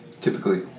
typically